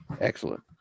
Excellent